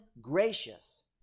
gracious